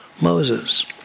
Moses